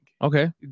Okay